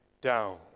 down